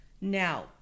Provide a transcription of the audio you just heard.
Now